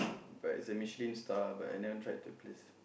but it's a Michelin star but I never tried that place